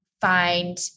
find